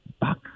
back